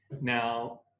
Now